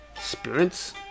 spirits